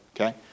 okay